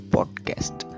Podcast